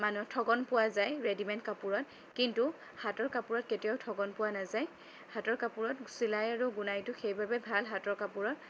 মানুহ ঠগন পোৱা যায় ৰেডিমেড কাপোৰত কিন্তু হাতৰ কাপোৰত কেতিয়াও ঠগন পোৱা নাযায় হাতৰ কাপোৰত চিলাই আৰু বুনাইটো সেইবাবে ভাল হাতৰ কাপোৰত